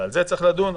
ועל זה צריך לדון.